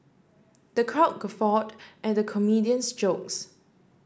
the crowd guffawed at the comedian's jokes